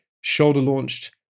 shoulder-launched